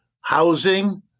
housing